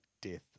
death